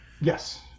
Yes